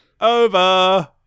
Over